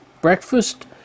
Breakfast